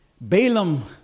Balaam